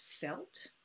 felt